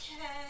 okay